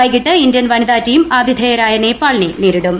വൈകിട്ട് ഇന്ത്യൻ വനിത ടീം ആതിഥേയരായ നേപ്പാളിനെ നേരിടും